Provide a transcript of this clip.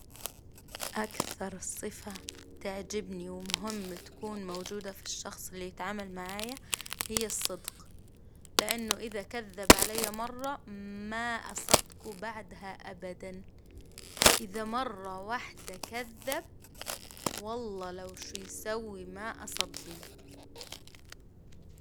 أكثر صفة تعجبني ومهم تكون موجودة في الشخص اللي يتعامل معايا هي الصدق، لإنه إذا كذب علي مرة ما أصدقه بعدها أبدا، إذا مرة وحدة كذب والله لو شيسوي ما أصدج.